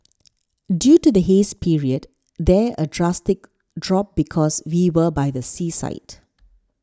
due to the haze period there a drastic drop because we were by the seaside